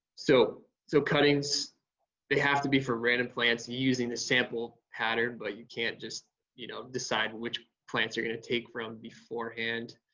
so so cuttings they have to be for random plants using this sample pattern, but you can't just you know decide which plants you're gonna take from beforehand.